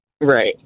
Right